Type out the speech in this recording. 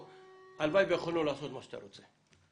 הלוואי ויכולנו לעשות מה שאתה רוצה.